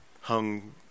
hung